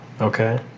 Okay